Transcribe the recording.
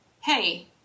Hey